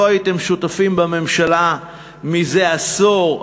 לא הייתם שותפים בממשלה מזה עשור.